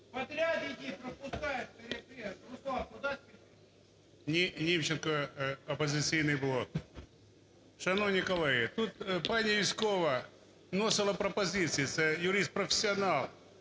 Німченко, "Опозицій блок". Шановні колеги, тут пані Юзькова вносила пропозиції, це юрист-професіонал,